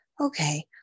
okay